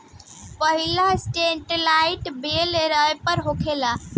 पहिला satellite bale wrapper होला